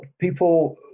people